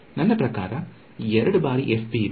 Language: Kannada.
ನನ್ನ ಪ್ರಕಾರ 2 ಬಾರಿ fb ಇದೆ